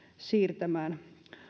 siirtämään